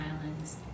islands